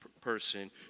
person